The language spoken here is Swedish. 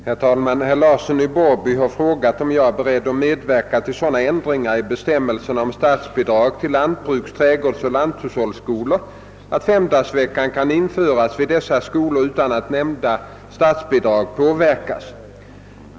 Herr talman! Herr Larsson i Borrby har frågat, om jag är beredd att medverka till sådana ändringar i bestämmelserna om statsbidrag till lantbruks-, trädgårdsoch lanthushållsskolor att femdagarsvecka kan införas vid dessa skolor utan att nämnda statsbidrag påverkas.